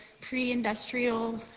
pre-industrial